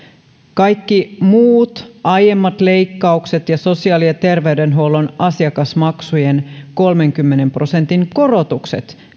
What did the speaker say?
kaikki muut aiemmat leikkaukset ja sosiaali ja terveydenhuollon asiakasmaksujen kolmenkymmenen prosentin korotukset